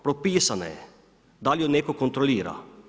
Propisana je, da li ju neko kontrolira?